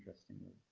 interestingly.